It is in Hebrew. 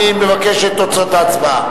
אני מבקש את תוצאות ההצבעה.